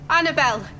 Annabelle